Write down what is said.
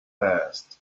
passed